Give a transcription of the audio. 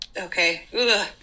Okay